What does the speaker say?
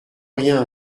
rien